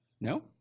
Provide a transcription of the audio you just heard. No